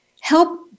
help